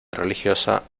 religiosa